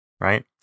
right